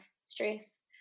stress